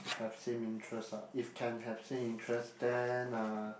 have same interest ah if can have same interest then uh